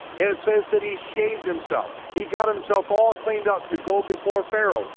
and it says that he shaved himself, he got himself all cleaned up to go before pharaoh.